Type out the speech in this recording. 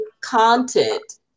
content